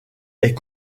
est